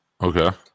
Okay